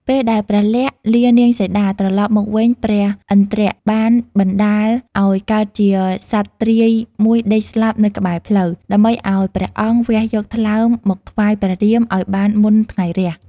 ពេលដែលព្រះលក្សណ៍លានាងសីតា ត្រឡប់មកវិញព្រះឥន្ទ្របានបណ្តាលឱ្យកើតជាសត្វទ្រាយមួយដេកស្លាប់នៅក្បែរផ្លូវ ដើម្បីឱ្យព្រះអង្គវះយកថ្លើមមកថ្វាយព្រះរាមឱ្យបានមុនថ្ងៃរះ។